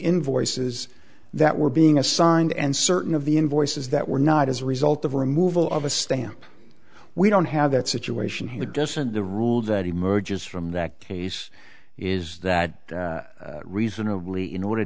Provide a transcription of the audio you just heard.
invoices that were being assigned and certain of the invoices that were not as a result of removal of a stamp we don't have that situation here doesn't the rule that emerges from that case is that reasonably in order